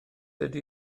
ydy